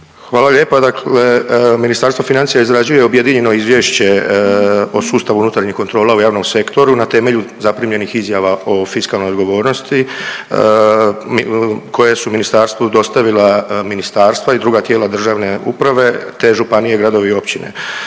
Hvala lijepa. Dakle, Ministarstvo financija izrađuje objedinjeno izvješće o sustavu unutarnjih kontrola u javnom sektoru na temelju zaprimljenih izjava o fiskalnoj odgovornosti koje su ministarstvu dostavila ministarstva i druga tijela državne uprave, te županije, gradovi i općine.